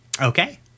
Okay